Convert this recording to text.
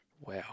Wow